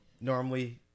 Normally